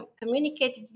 communicate